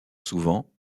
souvent